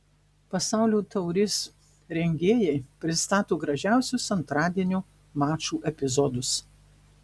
pasaulio taurės rengėjai pristato gražiausius antradienio mačų epizodus